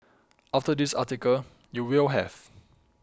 after this article you will have